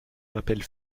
m’appelle